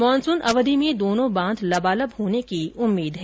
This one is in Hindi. मानसून अवधि में दोनों बांध लबालब होने की उम्मीद है